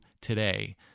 today